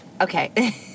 Okay